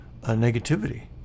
negativity